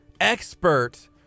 expert